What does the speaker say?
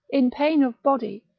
in pain of body,